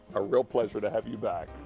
a real pleasure to have you back.